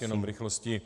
Jenom v rychlosti.